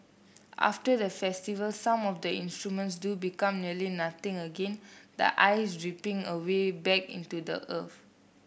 after the festival some of the instruments do become nearly nothing again the ice dripping away back into the earth